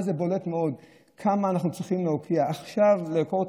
זה בולט מאוד כמה אנחנו צריכים להוקיע ועכשיו לעקור את